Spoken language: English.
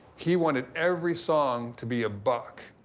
he wanted every song to be a buck.